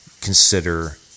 consider